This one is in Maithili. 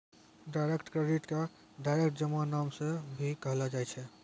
डायरेक्ट क्रेडिट के डायरेक्ट जमा नाम से भी कहलो जाय छै